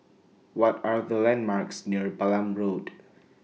What Are The landmarks near Balam Road